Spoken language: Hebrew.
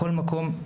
בכל מקום,